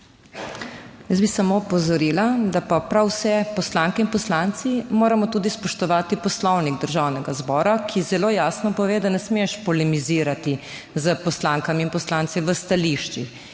Jaz bi samo opozorila, da pa prav vsi poslanke in poslanci moramo tudi spoštovati Poslovnik Državnega zbora, ki zelo jasno pove, da ne smeš polemizirati s poslankami in poslanci v stališčih